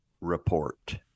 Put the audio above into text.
report